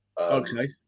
Okay